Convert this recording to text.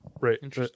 Right